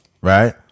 right